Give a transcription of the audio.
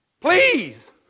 Please